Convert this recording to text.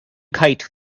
kite